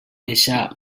deixar